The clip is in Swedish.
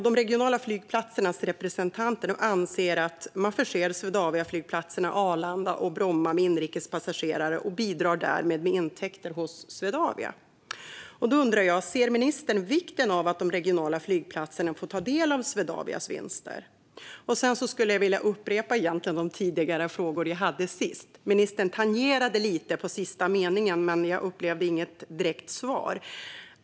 De regionala flygplatsernas representanter anser att de förser Swedaviaflygplatserna Arlanda och Bromma med inrikespassagerare och därmed bidrar till Swedavias intäkter. Då undrar jag: Ser ministern vikten av att de regionala flygplatserna får ta del av Swedavias vinster? Sedan skulle jag vilja upprepa de frågor jag ställde nyss. Ministern tangerade dem lite i sin sista mening, men jag upplevde inte att jag fick något direkt svar.